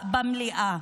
במליאה,